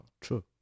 True